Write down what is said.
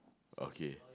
okay